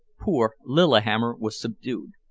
poor lillihammer was subdued.